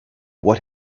what